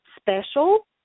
special